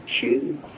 choose